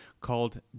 called